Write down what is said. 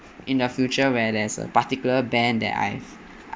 in the future where there's a particular band that I've I